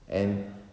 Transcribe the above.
ya ah